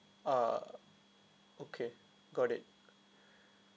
ah okay got it